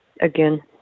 Again